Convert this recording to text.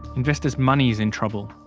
investor's money is in trouble.